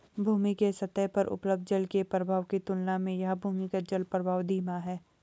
भूमि के सतह पर उपलब्ध जल के प्रवाह की तुलना में यह भूमिगत जलप्रवाह धीमा है